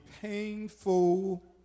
painful